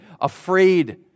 afraid